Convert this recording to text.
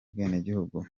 bwenegihugu